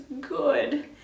good